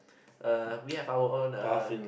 uh we have our own uh